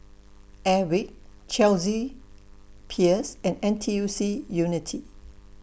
Airwick Chelsea Peers and N T U C Unity